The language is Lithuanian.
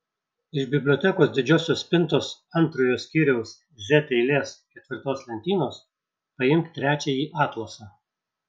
iš bibliotekos didžiosios spintos antrojo skyriaus z eilės ketvirtos lentynos paimk trečiąjį atlasą